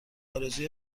آرزوی